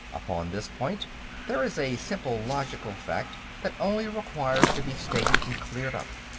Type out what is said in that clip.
upon this point there is a simple logical fact that only requires to be stated and cleared up.